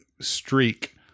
streak